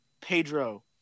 Pedro